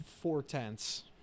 four-tenths